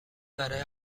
برای